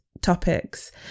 topics